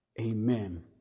Amen